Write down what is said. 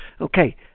okay